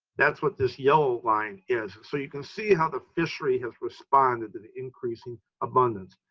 that's what this yellow line is. so you can see how the fishery has responded to the increasing abundance.